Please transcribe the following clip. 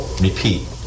Repeat